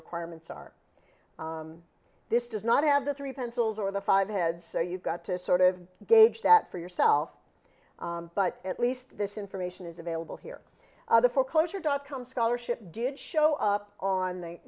requirements are this does not have the three pencils or the five heads you've got to sort of gauge that for yourself but at least this information is available here the foreclosure dot com scholarship did show up on the